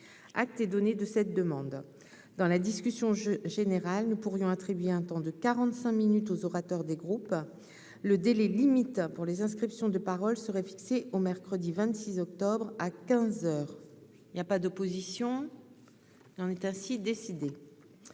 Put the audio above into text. acte données de cette demande dans la discussion, je général nous pourrions attribué un temps de 45 minutes aux orateurs des groupes le délai limite pour les inscriptions de parole serait fixée au mercredi 26 octobre à 15 heures il y a pas d'opposition en est ainsi décidé,